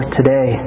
today